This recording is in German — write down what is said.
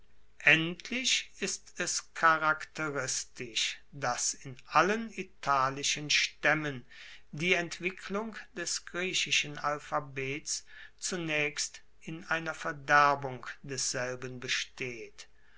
endlich ist es charakteristisch dass in allen italischen staemmen die entwicklung des griechischen alphabets zunaechst in einer verderbung desselben besteht